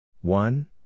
one